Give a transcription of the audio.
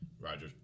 Roger